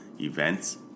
events